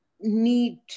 need